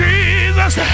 Jesus